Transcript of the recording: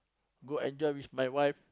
go enjoy with my wife